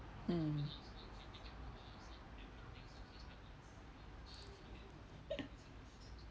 mm